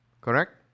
Correct